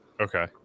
okay